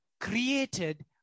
created